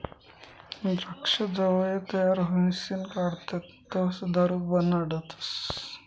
द्राक्ष जवंय तयार व्हयीसन काढतस तवंय दारू बनाडतस